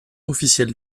officielle